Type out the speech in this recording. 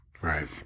Right